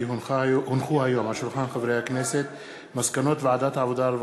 כי הונחו היום על שולחן הכנסת מסקנות ועדת העבודה,